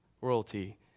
royalty